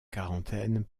quarantaine